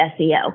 SEO